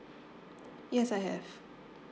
yes I have